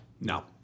No